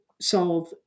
solve